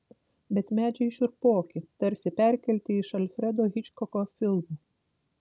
bet medžiai šiurpoki tarsi perkelti iš alfredo hičkoko filmų